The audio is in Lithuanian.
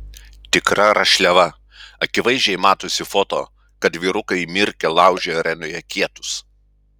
tikra rašliava akivaizdžiai matosi foto kad vyrukai įmirkę laužia arenoje kietus